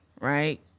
right